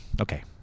Okay